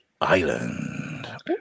Island